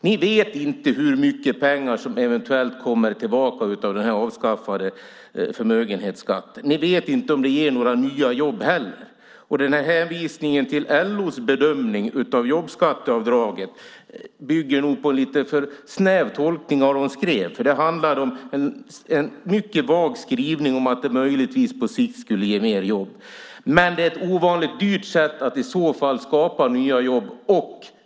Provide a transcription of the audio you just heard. Ni vet inte hur mycket pengar som eventuellt kommer tillbaka av den avskaffade förmögenhetsskatten. Ni vet inte om det ger några nya jobb heller. Hänvisningen till LO:s bedömning av jobbskatteavdragen bygger nog på en lite för snäv tolkning av vad de skrev. Det handlade om en mycket vag skrivning om att det möjligtvis på sikt skulle ge mer jobb. Men det är i så fall ett ovanligt dyrt sätt att skapa nya jobb.